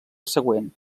següent